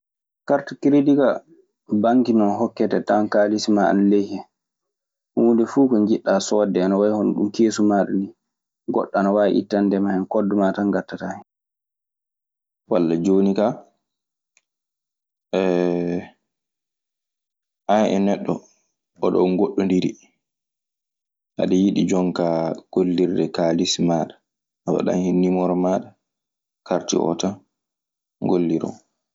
Karti keredi kaa banki non hokkete tawan kaalissi maa ana ley hen. Huunde fuu ko njiɗɗa soode ana way hono keesu maaɗa nii. Goɗɗo ana waawi ittandema hen, codu maa tan ngattataa hen.